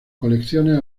colecciones